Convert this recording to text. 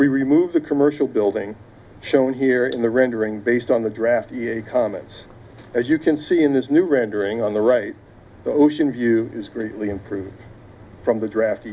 we remove the commercial building shown here in the rendering based on the draft comments as you can see in this new rendering on the right the ocean view is greatly improved from the draft